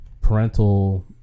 parental